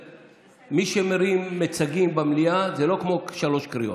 מי שמרים מצגים במליאה זה לא כמו שלוש קריאות.